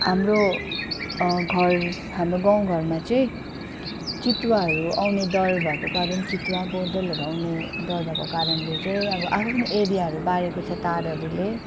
हाम्रो घर हाम्रो गाउँघरमा चाहिँ चितुवाहरू आउने डर भएको कारण चितुवा बँदेलहरू आउने डर भएको कारणले गर्दा चाहिँ अब आफ्आफ्नो एरियाहरू बारेको छ तारहरूले